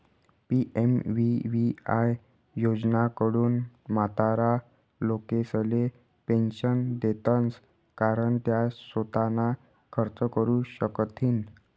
PMVVY योजनाकडथून म्हातारा लोकेसले पेंशन देतंस कारण त्या सोताना खर्च करू शकथीन